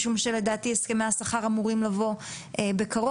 משום שלדעתי הסכמי השכר אמורים לבוא בקרוב.